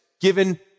given